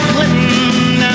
Clinton